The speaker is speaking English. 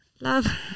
Love